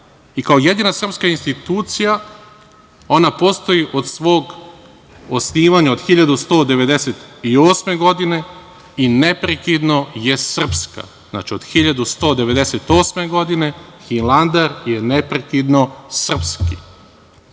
i kao jedina srpska institucija ona postoji od svog osnivanja od 1198. godine, i neprekidno je srpska. Znači, od 1198. godine Hilandar je neprekidno srpski. Mi